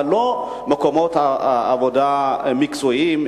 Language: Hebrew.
אבל לא מקומות מקצועיים,